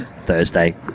Thursday